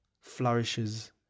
flourishes